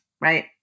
right